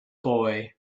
boy